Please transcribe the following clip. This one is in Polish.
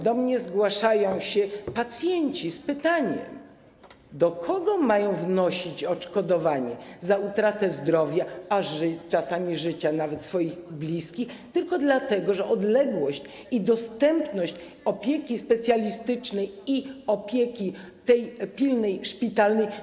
Do mnie zgłaszają się pacjenci z pytaniem, do kogo mają wnosić o odszkodowanie za utratę zdrowia, a czasami nawet życia swoich bliskich - tylko dlatego, że odległość i dostępność opieki specjalistycznej i tej pilnej opieki szpitalnej.